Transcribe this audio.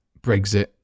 Brexit